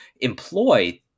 employ